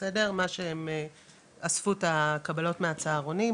מה שהן אספו את הקבלות מהצהרונים,